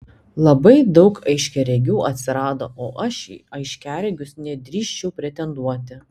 labai daug aiškiaregių atsirado o aš į aiškiaregius nedrįsčiau pretenduoti